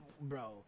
bro